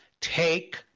take